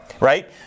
Right